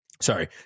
sorry